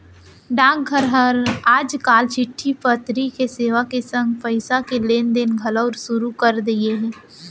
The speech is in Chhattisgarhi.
डाकघर हर आज काल चिट्टी पतरी के सेवा के संग पइसा के लेन देन घलौ सुरू कर दिये हे